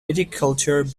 viticulture